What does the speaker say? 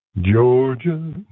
Georgia